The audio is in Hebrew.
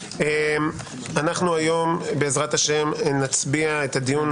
אנחנו היום, בעזרת השם, נצביע את הדיון.